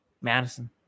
Madison